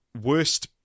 worst